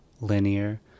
linear